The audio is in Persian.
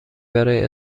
برای